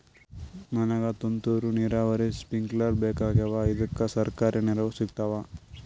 ನನಗ ತುಂತೂರು ನೀರಾವರಿಗೆ ಸ್ಪಿಂಕ್ಲರ ಬೇಕಾಗ್ಯಾವ ಇದುಕ ಸರ್ಕಾರಿ ನೆರವು ಸಿಗತ್ತಾವ?